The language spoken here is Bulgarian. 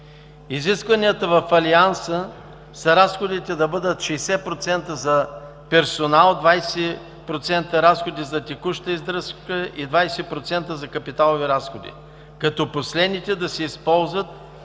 Изискванията в Алианса са разходите да бъдат 60% за персонал, 20% разходи за текуща издръжка и 20% за капиталови разходи, като последните да се използват